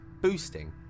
boosting